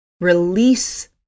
Release